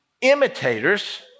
imitators